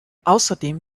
außerdem